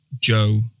Joe